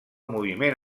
moviment